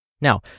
Now